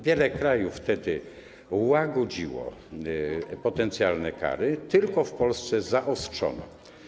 Wiele krajów wtedy łagodziło potencjalne kary, tylko w Polsce je zaostrzono.